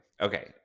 Okay